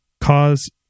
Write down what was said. cause